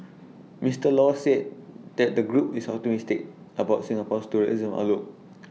Mister law said that the group is optimistic about Singapore's tourism outlook